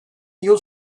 yıl